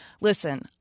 listen